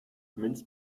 mince